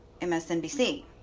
MSNBC